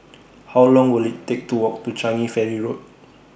How Long Will IT Take to Walk to Changi Ferry Road